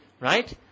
right